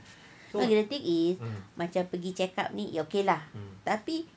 okay the thing is macam pergi check up ni okay lah tapi